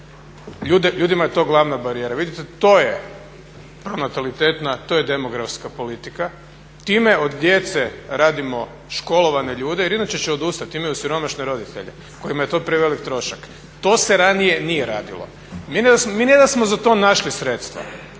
Ljudima je to glavna barijera. Vidite to je pronatalitetna, to je demografska politika. Time od djece radimo školovane ljude jer inače će odustati, imaju siromašne roditelje kojima je to prevelik trošak. To se ranije nije radilo. Mi ne da smo za to našli sredstva